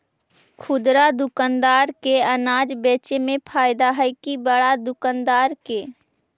खुदरा दुकानदार के अनाज बेचे में फायदा हैं कि बड़ा दुकानदार के?